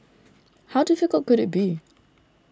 how difficult could it be